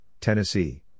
Tennessee